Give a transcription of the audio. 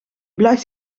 blijft